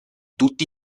tutti